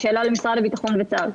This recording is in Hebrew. זו שאלה למשרד הביטחון וצה"ל.